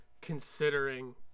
considering